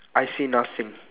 I see nothing